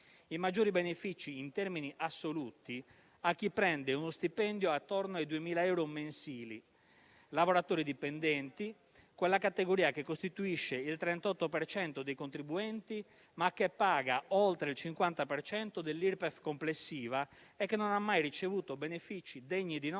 i maggiori benefici in termini assoluti a chi prende uno stipendio attorno ai 2.000 euro mensili: lavoratori dipendenti, quella categoria che costituisce il 38 per cento dei contribuenti, ma che paga oltre il 50 per cento dell'Irpef complessiva e che non ha mai ricevuto benefici degni di nota